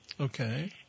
Okay